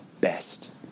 best